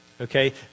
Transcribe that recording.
Okay